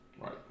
Right